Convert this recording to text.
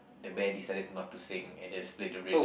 the band decided not to sing and just played the rhythm